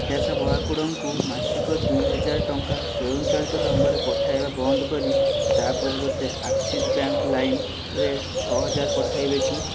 ଆଦ୍ୟାଶା ମହାକୁଡ଼ଙ୍କୁ ମାସିକ ଦୁଇ ହଜାର ଟଙ୍କା ସ୍ୱୟଂଚାଳିତ ଢଙ୍ଗରେ ପଠାଇବା ବନ୍ଦ କରି ତା' ପରିବର୍ତ୍ତେ ଆକ୍ସିସ୍ ବ୍ୟାଙ୍କ୍ ଲାଇମ୍ରେ ଛଅ ହଜାର ପଠାଇବେ କି